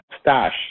Stash